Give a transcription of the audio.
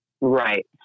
Right